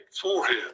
forehead